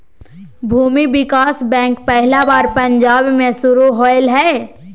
भूमि विकास बैंक पहला बार पंजाब मे शुरू होलय हल